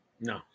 No